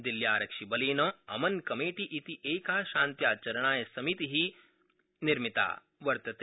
दिल्ल्यारक्षिबलेन Aman committee इति एकं शान्त्याचरणाय समिति निर्मिता वर्तते